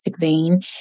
vein